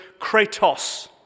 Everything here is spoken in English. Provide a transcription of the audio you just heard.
kratos